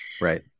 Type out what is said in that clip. right